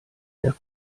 der